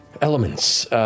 elements